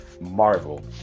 Marvel